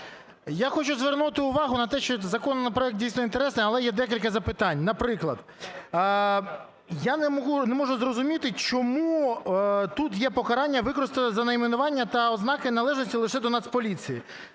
Я хочу звернути увагу на те, що законопроект дійсно інтересний, але є декілька запитань. Наприклад, я не можу зрозуміти, чому тут є покарання, використання за найменування та ознаки належності лише до Нацполіції.